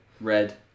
Red